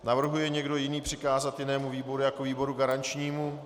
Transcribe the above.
Navrhuje někdo jiný přikázat jinému výboru jako výboru garančnímu?